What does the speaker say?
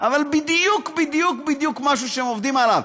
אבל בדיוק בדיוק בדיוק משהו שהם עובדים עליו.